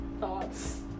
thoughts